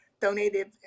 donated